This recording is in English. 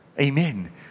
Amen